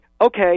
okay